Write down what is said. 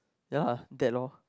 yeah lah that loh